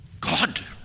God